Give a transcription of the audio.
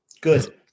good